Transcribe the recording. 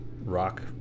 rock